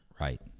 right